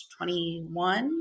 21